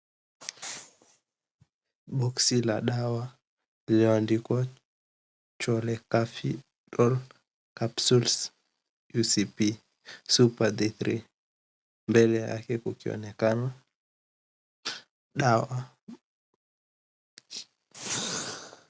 Boksi la dawa lililoandikwa Cholecalciferol Capsules USP, Super D3. Mbele yake kukionekana dawa.